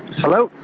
hello?